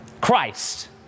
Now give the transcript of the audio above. Christ